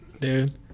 Dude